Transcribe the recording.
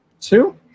Two